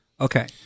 Okay